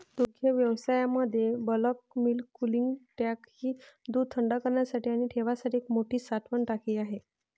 दुग्धव्यवसायामध्ये bulk milk cooling tank ही दूध थंड करण्यासाठी आणि ठेवण्यासाठी एक मोठी साठवण टाकी आहे